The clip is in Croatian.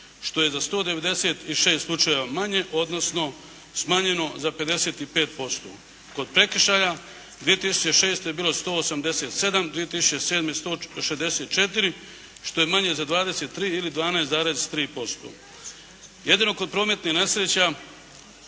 što je za 196 slučajeva manje, odnosno smanjeno za 55%. Kod prekršaja 2006. bilo 187., 2007. 164. što je manje za 23, ili 12,3%. Jedino kod prometnih nesreća